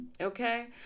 Okay